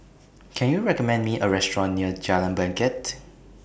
Can YOU recommend Me A Restaurant near Jalan Bangket